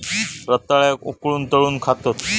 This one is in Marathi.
रताळ्याक उकळवून, तळून खातत